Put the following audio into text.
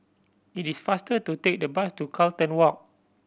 it is faster to take the bus to Carlton Walk